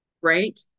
Right